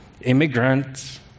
immigrants